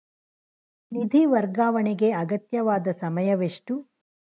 ನಿಧಿ ವರ್ಗಾವಣೆಗೆ ಅಗತ್ಯವಾದ ಸಮಯವೆಷ್ಟು?